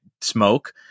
smoke